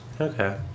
Okay